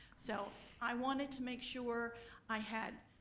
so i wanted to make sure i had